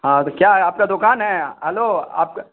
हाँ तो क्या है आपका दुकान है हलो आपका